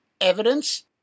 evidence